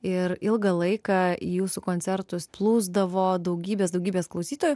ir ilgą laiką į jūsų koncertus plūsdavo daugybės daugybės klausytojų